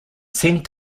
sent